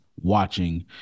watching